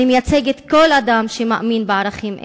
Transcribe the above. אני מייצגת כל אדם שמאמין בערכים אלה,